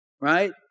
Right